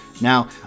Now